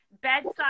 Bedside